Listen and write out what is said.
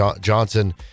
Johnson